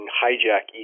hijack